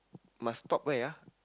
must stop where ah